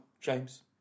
James